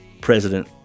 President